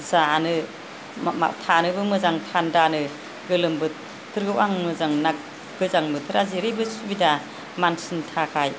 जानो थानोबो मोजां थान्दानो गोलोम बोथोरखौ आं मोजां मोना गोजां बोथोरा जेरैबो सुबिदा मानसिनि थाखाय